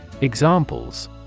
Examples